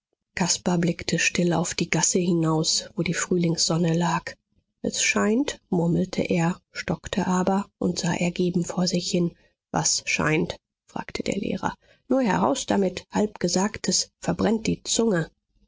caspar blickte still auf die gasse hinaus wo die frühlingssonne lag es scheint murmelte er stockte aber und sah ergeben vor sich hin was scheint fragte der lehrer nur heraus damit halbgesagtes verbrennt die zunge